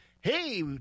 Hey